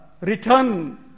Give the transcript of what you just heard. return